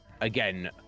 Again